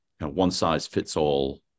one-size-fits-all